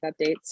updates